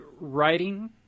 writing